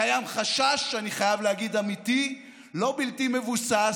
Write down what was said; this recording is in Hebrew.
קיים חשש, אני חייב להגיד אמיתי, לא בלתי מבוסס,